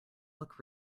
look